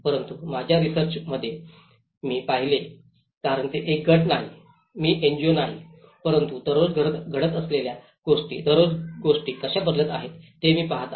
परंतु माझ्या रिसर्चात मी पाहिले कारण मी एक गट नाही मी एनजीओ नाही परंतु दररोज घडत असलेल्या गोष्टी दररोज गोष्टी कशा बदलत आहेत हे मी पहात आहे